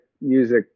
music